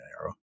arrow